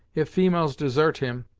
if females desart him,